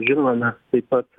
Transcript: žinoma mes taip pat